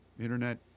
Internet